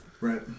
Right